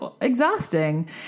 exhausting